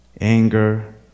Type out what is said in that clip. anger